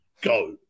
go